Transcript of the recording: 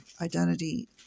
identity